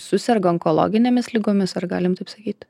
suserga onkologinėmis ligomis ar galim taip sakyt